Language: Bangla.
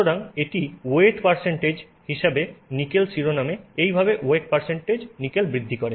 সুতরাং এটি ওয়েট নিকেল শিরোনাম এইভাবে ওয়েট নিকেল বৃদ্ধি করে